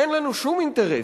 אין לנו שום אינטרס,